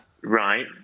Right